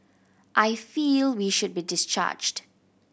I feel we should be discharged